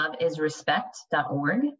loveisrespect.org